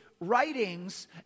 writings